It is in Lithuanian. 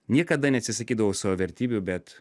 niekada neatsisakydavau savo vertybių bet